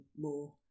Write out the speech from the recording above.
more